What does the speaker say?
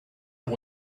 and